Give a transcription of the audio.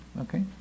okay